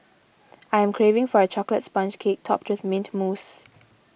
I am craving for a Chocolate Sponge Cake Topped with Mint Mousse